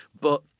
But-